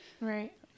Right